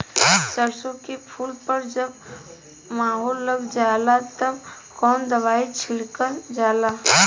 सरसो के फूल पर जब माहो लग जाला तब कवन दवाई छिड़कल जाला?